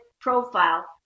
profile